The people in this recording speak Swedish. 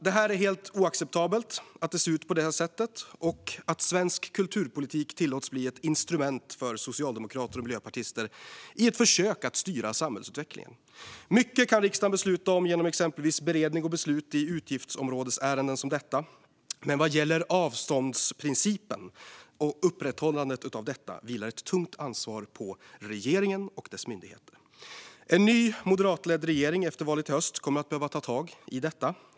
Det är helt oacceptabelt att det ser ut på det här sättet och att svensk kulturpolitik tillåts bli ett instrument för socialdemokrater och miljöpartister i ett försök att styra samhällsutvecklingen. Mycket kan riksdagen besluta om, genom exempelvis beredning och beslut i utgiftsområdesärenden som detta, men vad gäller armlängdsavståndsprincipen och upprätthållandet av denna vilar ett tungt ansvar på regeringen och dess myndigheter. En ny moderatledd regering efter valet i höst kommer att behöva ta tag i detta.